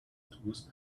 tools